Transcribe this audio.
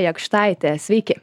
jakštaitė sveiki